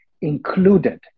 included